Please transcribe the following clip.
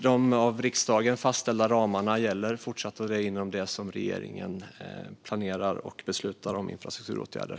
De av riksdagen fastställda ramarna gäller även fortsättningsvis, och det är inom dem som regeringen planerar och beslutar om infrastrukturåtgärder.